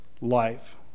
life